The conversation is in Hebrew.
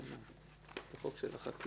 אני חושב, בחוק של החטיבה.